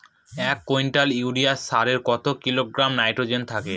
এক quintal urea সারে কত কিলোগ্রাম নাইট্রোজেন থাকে?